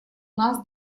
нас